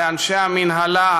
לאנשי המינהלה,